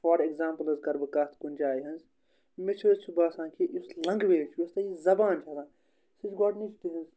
for example حظ کَرٕ بہٕ کَتھ کُنہِ جایہِ ہٕنٛز مےٚ چھُ حظ چھُ باسان کہِ یُس لنٛگویج چھُ یُس تہِ یہِ زبان چھِ آسان سُہ چھِ گۄڈنِچ تِہٕنٛز